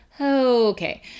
Okay